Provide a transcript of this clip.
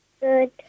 Good